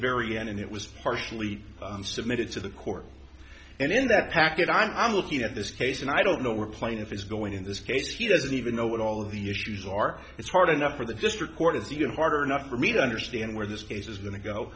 very end and it was partially submitted to the court and in that packet i'm looking at this case and i don't know where plaintiff is going in this case he doesn't even know what all of the issues are it's hard enough for the district court is even harder enough for me to understand where this case is go